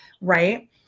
right